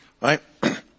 Right